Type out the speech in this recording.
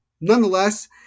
Nonetheless